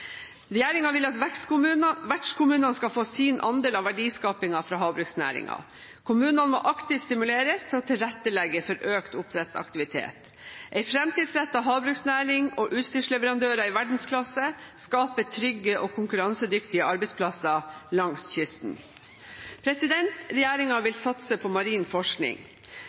vil at vertskommunene skal få sin andel av verdiskapingen fra havbruksnæringen. Kommunene må aktivt stimuleres til å tilrettelegge for økt oppdrettsaktivitet. En fremtidsrettet havbruksnæring og utstyrsleverandører i verdensklasse skaper trygge og konkurransedyktige arbeidsplasser langs kysten. Regjeringen vil satse på marin forskning.